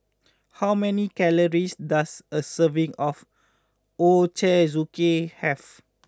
how many calories does a serving of Ochazuke have